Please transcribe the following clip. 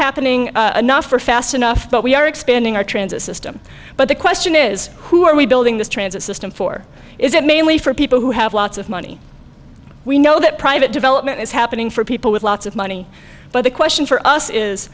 happening enough or fast enough but we are expanding our transit system but the question is who are we building this transit system for is it mainly for people who have lots of money we know that private development is happening for people with lots of money but the question for us is